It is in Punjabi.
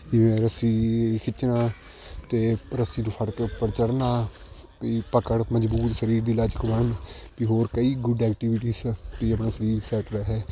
ਜਿਵੇਂ ਰੱਸੀ ਖਿੱਚਣਾ ਅਤੇ ਰੱਸੀ ਨੂੰ ਫੜ ਕੇ ਉੱਪਰ ਚੜਨਾ ਵੀ ਪਕੜ ਮਜਬੂਤ ਸਰੀਰ ਦੀ ਲਚਕਵਾਨ ਵੀ ਹੋਰ ਕਈ ਗੁਡ ਐਕਟੀਵਿਟੀਜ ਵੀ ਆਪਣਾ ਸਰੀਰ ਸੈੱਟ ਰਹੇ